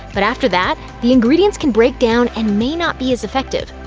but after that, the ingredients can break down and may not be as effective.